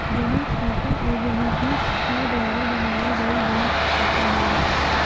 जमा खाता एगो वित्तीय संस्था द्वारा बनावल गईल बैंक खाता हवे